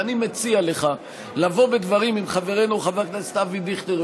ואני מציע לך לבוא בדברים עם חברנו חבר הכנסת אבי דיכטר,